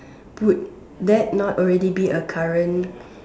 would that not already be a current